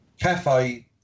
Cafe